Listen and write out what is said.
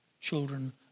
children